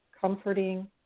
comforting